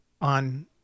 on